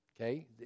okay